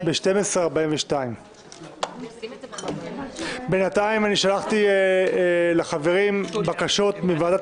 בשעה 12:42. בינתיים שלחתי לחברים בקשות מוועדת